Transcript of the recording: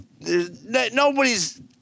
Nobody's